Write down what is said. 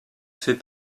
fait